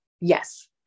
yes